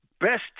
Best